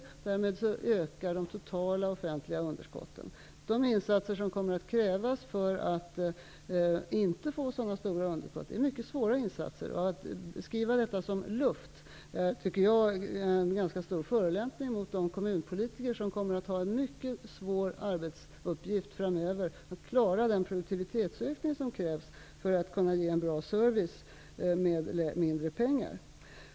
Därmed ökar också de totala offentliga underskotten. De insatser som kommer att krävas för att man inte skall få sådana stora underskott är mycket stora, och att beskriva detta som luftbesparingar är en ganska stor förolämpning mot de kommunpolitiker som kommer att ha en mycket stor arbetsuppgift framöver i att klara den produktivitetsökning som krävs för att man skall kunna ge en bra service med mindre pengar.